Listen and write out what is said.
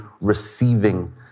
receiving